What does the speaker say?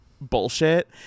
bullshit